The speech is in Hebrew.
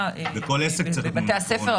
קורונה בבתי הספר.